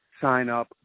sign-up